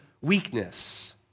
weakness